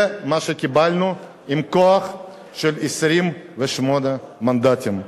זה מה שקיבלנו, עם כוח של 28 מנדטים.